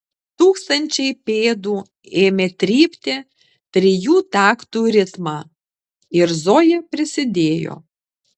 tūkstančiai pėdų ėmė trypti trijų taktų ritmą ir zoja prisidėjo